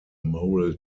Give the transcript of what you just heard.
moral